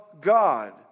God